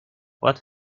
what